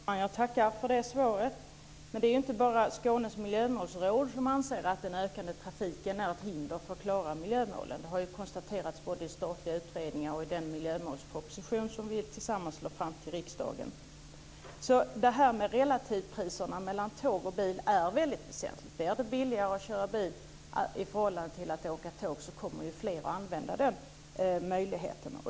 Fru talman! Jag tackar för det svaret. Det är inte bara Skånes miljömålsråd som anser att den ökande trafiken är ett hinder för uppnåendet av miljömålen. Detta har konstaterats både i statliga utredningar och i den miljömålsproposition som vi tillsammans lagt fram för riksdagen. Relativpriserna för tåg och bil är väsentliga. Om det är billigare att köra bil än att åka tåg kommer fler att använda den möjligheten.